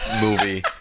movie